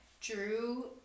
drew